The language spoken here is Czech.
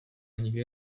nikdy